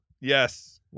Yes